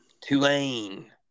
Tulane